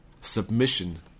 submission